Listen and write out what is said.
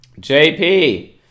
jp